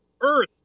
Earth